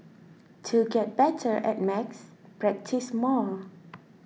to get better at maths practise more